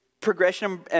progression